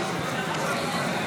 תודה רבה לשר לשירותי הדת,